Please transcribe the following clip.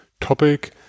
topic